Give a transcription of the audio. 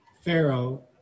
Pharaoh